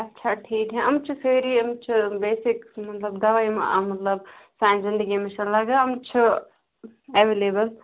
اَچھا ٹھیٖک یِم چھِ سٲری یِم چھِ بیٚسِک مطلب دَوا یِم مطلب سانہِ زِنٛدگی منٛز چھِ لَگان یِم چھِ ایٚوِلیبُل